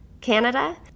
Canada